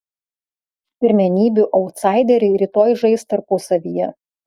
pirmenybių autsaideriai rytoj žais tarpusavyje